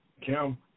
Kim